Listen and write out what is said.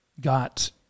got